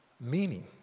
meaning